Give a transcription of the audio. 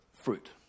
fruit